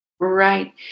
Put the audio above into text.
right